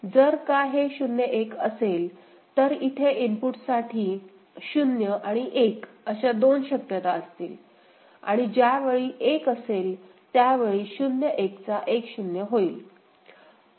जर का हे 0 1 असेल तर इथे इनपुट साठी 0 आणि 1 अशा दोन शक्यता असतील आणि ज्यावेळी 1 असेल त्यावेळी 0 1 चा 10 होईल